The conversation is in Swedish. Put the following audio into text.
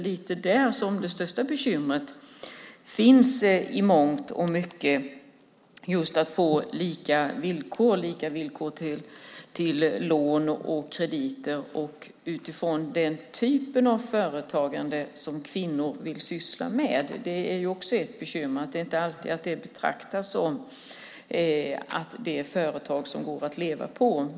Det största bekymret finns väl i mångt och mycket just i detta med lika villkor när det gäller lån och krediter, utifrån den typ av företagande som kvinnor vill syssla med. Ett bekymmer är också att de företagen inte alltid betraktas som företag som det går att leva på.